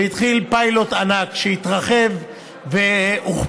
הוא התחיל פיילוט ענק שהתרחב והוכפל,